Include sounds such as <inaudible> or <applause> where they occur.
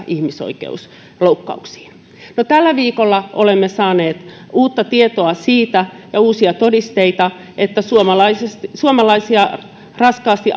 <unintelligible> ihmisoikeusloukkauksiin no tällä viikolla olemme saaneet uutta tietoa ja uusia todisteita siitä että suomalaisia raskaasti <unintelligible>